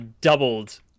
doubled